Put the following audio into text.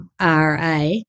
RA